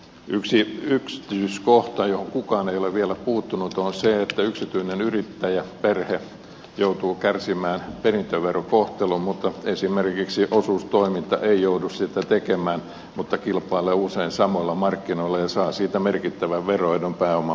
yksi yksityiskohta johon kukaan ei ole vielä puuttunut on se että yksityinen yrittäjäperhe joutuu kärsimään perintöverokohtelun mutta esimerkiksi osuustoiminta ei joudu sitä tekemään mutta kilpailee usein samoilla markkinoilla ja saa siitä merkittävän veroedun pääoman muodostumisen kannalta